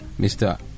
Mr